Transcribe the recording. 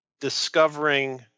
discovering